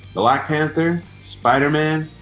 black panther, spiderman,